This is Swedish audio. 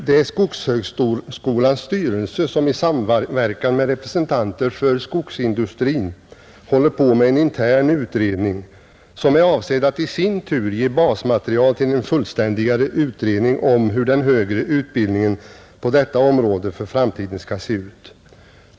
Det är skogshögskolans styrelse som i samverkan med representanter för skogsindustrin håller på med en intern utredning som är avsedd att i sin tur ge basmaterial till en fullständigare utredning om hur den högre utbildningen på detta område för framtiden skall se ut.